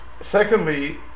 Secondly